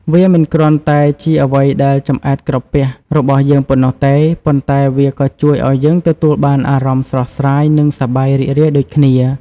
វាមិនគ្រាន់តែជាអ្វីដែលចម្អែតក្រពះរបស់យើងប៉ុណ្ណោះទេ ប៉ុន្តែវាក៏ជួយឲ្យយើងទទួលបានអារម្មណ៍ស្រស់ស្រាយ និងសប្បាយរីករាយដូចគ្នា។